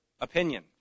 opinion